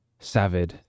Savid